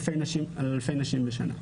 אבל בגדול מדובר על אלפי נשים בשנה.